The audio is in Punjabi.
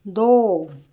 ਦਿਓ